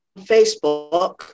facebook